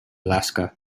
alaska